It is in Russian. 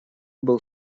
был